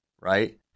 right